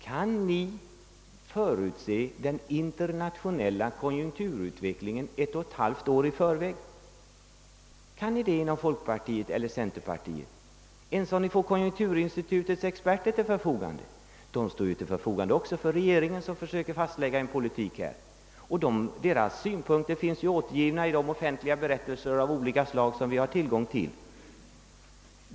Kan ni förutse den internationella konjunkturutvecklingen ett och ett halvt år i förväg? Kan ni göra det inom folkpartiet och centerpartiet ens om ni får konjunkturinstitutets experter till ert förfogande? Dessa experter står också till regeringens förfogande när den försöker fastlägga den framtida politiken. Dessa experters synpunkter återges i offentliga berättelser av olika slag, vilka vi alla har tillgång till.